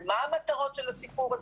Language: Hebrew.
המטרות של הסיפור.